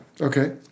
Okay